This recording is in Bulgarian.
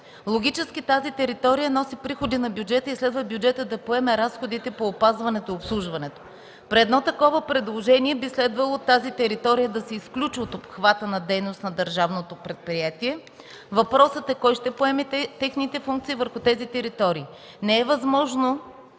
Логически тази територия носи приходи на бюджета и следва бюджетът да поеме разходите по опазването и обслужването. При такова предложение би следвало тази територия да се изключи от обхвата на дейност на държавното предприятие. Въпросът е кой ще поеме техните функции върху тези територии? Не е възможно